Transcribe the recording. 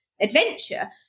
adventure